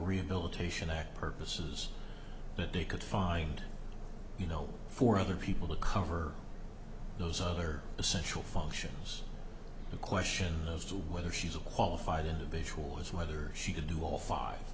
rehabilitation act purposes but they could find you know for other people to cover those other essential functions the question of whether she's a qualified individual is whether she could do all five